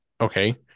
okay